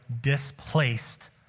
displaced